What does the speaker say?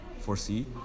foresee